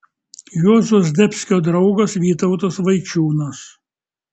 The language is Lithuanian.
juozo zdebskio draugas vytautas vaičiūnas